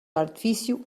artifício